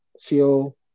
feel